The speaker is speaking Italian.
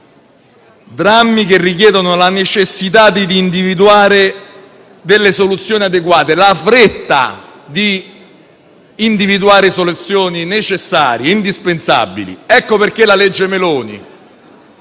drammi che richiedono la necessità di individuare delle soluzioni adeguate, la fretta di individuare soluzioni necessarie e indispensabili. Ecco perché la legge Meloni